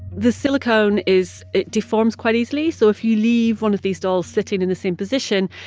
the silicone is it deforms quite easily, so if you leave one of these dolls sitting in the same position,